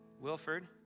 Wilford